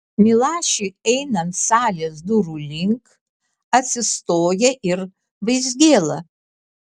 milašiui einant salės durų link atsistoja ir vaizgėla